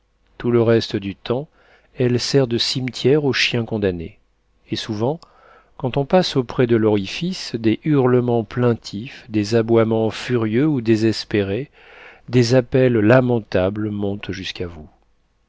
tout le reste du temps elle sert de cimetière aux chiens condamnés et souvent quand on passe auprès de l'orifice des hurlements plaintifs des aboiements furieux ou désespérés des appels lamentables montent jusqu'à vous